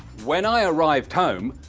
when i arrived home,